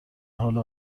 حال